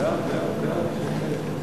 הנושא לוועדת החוץ והביטחון נתקבלה.